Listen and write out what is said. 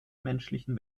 menschlichen